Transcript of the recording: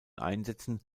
einsetzen